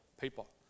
people